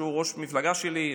שהוא ראש המפלגה שלי,